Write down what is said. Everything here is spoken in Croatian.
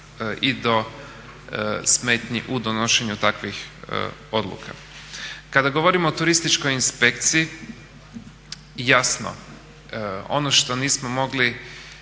i do smetnji u donošenju takvih odluka. Kada govorimo o turističkoj inspekciji, jasno ono što nismo mogli